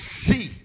see